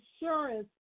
insurance